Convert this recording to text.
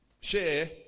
share